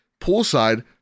poolside